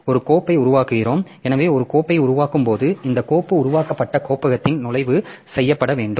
ஒரு கோப்பை உருவாக்குகிறோம் எனவே ஒரு கோப்பை உருவாக்கும்போது இந்த கோப்பு உருவாக்கப்பட்ட கோப்பகத்தில் நுழைவு செய்யப்பட வேண்டும்